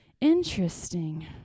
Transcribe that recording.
Interesting